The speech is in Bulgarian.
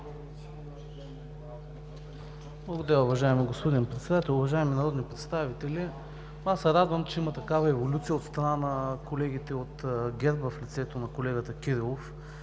Благодаря, уважаеми господин Председател. Уважаеми народни представители! Аз се радвам, че има такава еволюция от страна на колегите от ГЕРБ в лицето на колегата Кирилов